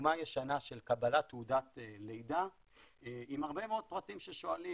דוגמה ישנה של קבלת תעודת לידה עם הרבה מאוד פרטים ששואלים,